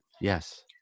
Yes